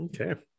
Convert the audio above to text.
Okay